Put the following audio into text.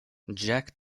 jack